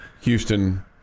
Houston